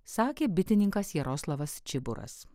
sakė bitininkas jaroslavas čiburas